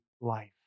life